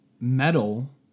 metal